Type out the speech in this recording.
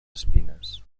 espines